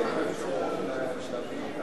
תהיה לך אפשרות להביא את